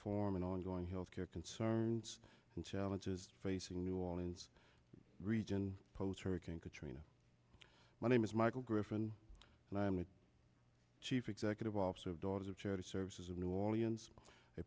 forum and ongoing health care concerns and challenges facing new orleans region post hurricane katrina my name is michael griffin and i'm with chief executive officer of daughters of charity services of new orleans a